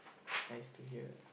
nice to hear